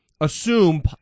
assume